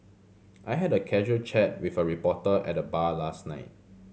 I had a casual chat with a reporter at the bar last night